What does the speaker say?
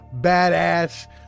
badass